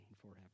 forever